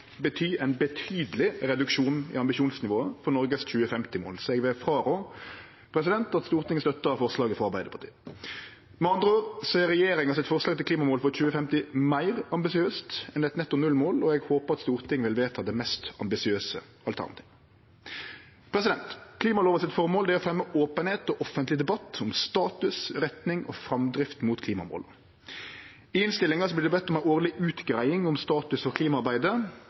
bety ein betydeleg reduksjon i ambisjonsnivået for Noregs 2050-mål, så eg vil rå Stortinget frå å støtte forslaget frå Arbeidarpartiet. Med andre ord er regjeringa sitt forslag til klimamål for 2050 meir ambisiøst enn eit netto null-mål, og eg håpar at Stortinget vil vedta det mest ambisiøse alternativet. Klimalova sitt formål er å fremje openheit og offentleg debatt om status, retning og framdrift mot klimamåla. I innstillinga vert det bedt om ei årleg utgreiing om status